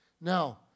Now